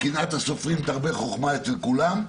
קנאת סופרים תרבה חכמה אצל כולם.